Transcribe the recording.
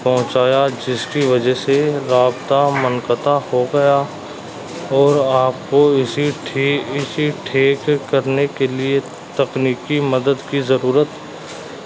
پہنچایا جس کی وجہ سے رابطہ منقطع ہو گیا اور آپ کو اسی ٹھی اسی ٹھیک کرنے کے لیے تکنیکی مدد کی ضرورت